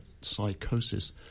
psychosis